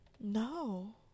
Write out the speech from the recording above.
No